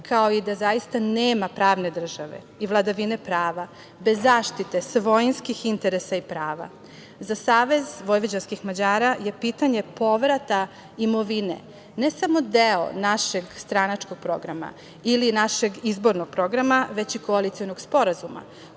kao i da zaista nema pravne države i vladavine prava bez zaštite svojinskih interesa i prava, za Savez vojvođanskih Mađara je pitanje povrata imovine ne samo deo našeg stranačkog programa ili našeg izbornog programa, već i Koalicionog sporazuma